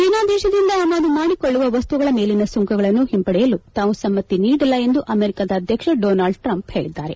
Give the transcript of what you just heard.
China ದೇಶದಿಂದ ಆಮದು ಮಾಡಿಕೊಳ್ಳುವ ವಸ್ತುಗಳ ಮೇಲಿನ ಸುಂಕಗಳನ್ನು ಹಿಂಪಡೆಯಲು ತಾವು ಸಮ್ಮತಿ ನೀಡಿಲ್ಲ ಎಂದು ಅಮೆರಿಕದ ಅಧ್ಯಕ್ಷ ಡೊನಾಲ್ಡ್ ಟ್ರಂಪ್ ಹೇಳಿದ್ದಾರೆ